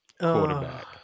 quarterback